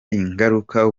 ingaruka